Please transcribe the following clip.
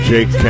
Jake